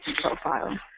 profile